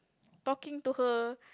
talking to her